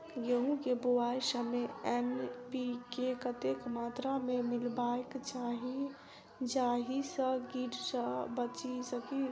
गेंहूँ केँ बुआई समय एन.पी.के कतेक मात्रा मे मिलायबाक चाहि जाहि सँ कीट सँ बचि सकी?